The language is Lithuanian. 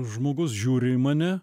žmogus žiūri į mane